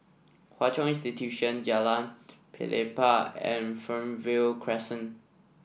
Hwa Chong Institution Jalan Pelepah and Fernvale Crescent